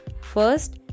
First